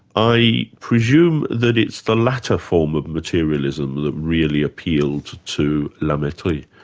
i presume that it's the latter form of materialism that really appealed to la mettrie?